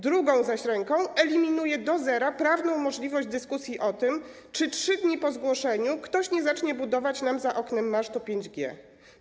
Drugą zaś ręką eliminuje do zera prawną możliwość dyskusji o tym, czy 3 dni po zgłoszeniu ktoś nie zacznie budować nam za oknem masztu sieci 5G.